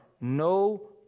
no